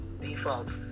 default